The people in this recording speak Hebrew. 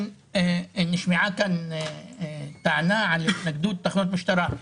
נשמעה כאן טענה על התנגדות לתחנות משטרה.